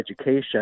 education